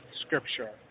Scripture